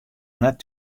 net